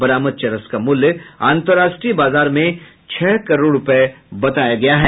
बरामद चरस का मूल्य अन्तरराष्ट्रीय बाजार में छह करोड़ रूपये बताया गया है